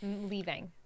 Leaving